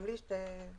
גם לי יש בר מים.